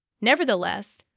Nevertheless